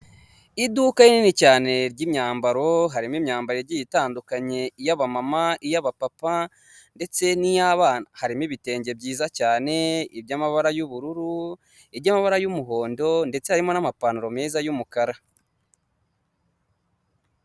Hoteri nini iri mu bwoko bwa etaje igeretse gatatu yanditseho giriti apatimenti hoteri ivuze ko ari hoteri nziza irimo amacumbi akodeshwa.